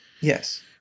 Yes